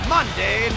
Monday